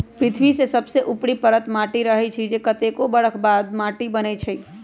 पृथ्वी के सबसे ऊपरी परत माटी रहै छइ जे कतेको बरख बाद माटि बनै छइ